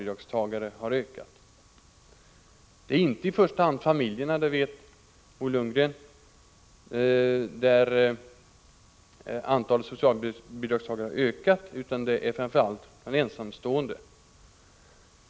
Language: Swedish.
Som Bo Lundgren vet är det inte i första hand bland familjerna som antalet socialbidragstagare har ökat, utan det är framför allt bland de ensamstående.